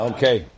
Okay